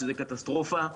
שזה קטסטרופה,